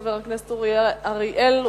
חבר הכנסת אורי אריאל,